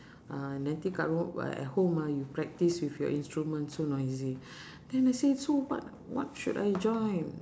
uh nanti kat ru~ at home ah you practice with your instrument so noisy then I said so what what should I join